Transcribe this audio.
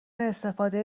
استفاده